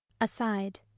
Aside